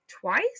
twice